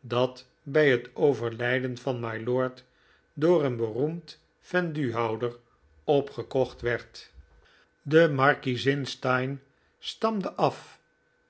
dat bij het overlijden van mylord door een beroemd venduhouder opgekocht werd i de markiezin steyne stamde af